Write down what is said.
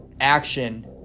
action